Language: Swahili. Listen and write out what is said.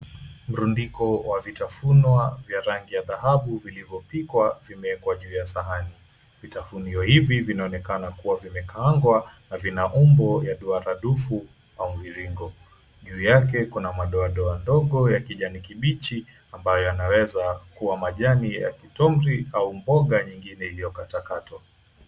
Mrundiko wa vitafunwa 𝑣𝑦a rangi ya dhababu vilivyopikwa vimeekwa juu ya sahani. Vitafunio hivi vinaonekana ku𝑤a 𝑣𝑖mekaangwa na vina umbo la duara dufu na mviringo. Juu yake kuna madoadoa ndogo ya kijani kibichi, ambayo yanaweza kuwa majani ya kitomri au mboga 𝑛𝑦𝑖ngine iliyokatwakatwa.